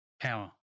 power